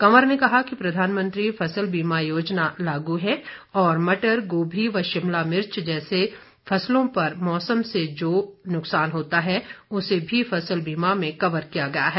कंवर ने कहा कि प्रधानमंत्री फसल बीमा योजना लागू है और मटर गोभी व शिमला मिर्च जैसी फसलों पर मौसम से जो नुकसान होता है उसे भी फसल बीमा में कवर किया गया है